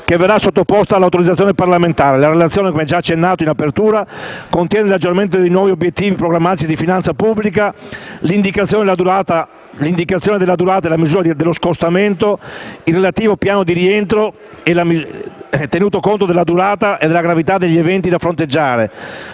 che verrà sottoposta all'autorizzazione parlamentare. La Relazione, come già accennato in apertura, contiene l'aggiornamento dei nuovi obiettivi programmatici di finanza pubblica, l'indicazione della durata e la misura dello scostamento, nonché il relativo piano di rientro, tenuto conto della durata e della gravità degli eventi da fronteggiare,